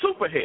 Superhead